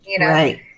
right